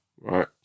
right